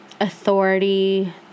authority